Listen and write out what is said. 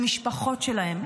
למשפחות שלהם,